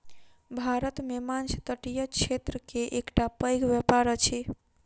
भारत मे माँछ तटीय क्षेत्र के एकटा पैघ व्यापार अछि